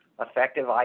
effective